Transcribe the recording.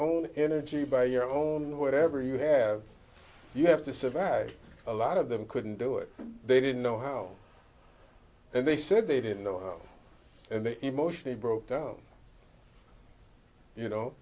own energy by your own whatever you have you have to survive a lot of them couldn't do it they didn't know how and they said they didn't know and they emotionally broke down you know